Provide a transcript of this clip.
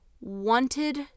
wanted